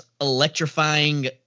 electrifying